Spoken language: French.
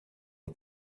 aux